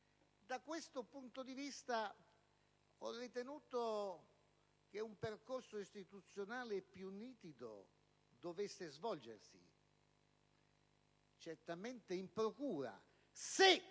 Da questo punto di vista ho ritenuto che un percorso istituzionale più nitido dovesse svolgersi, certamente in procura se